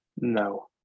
No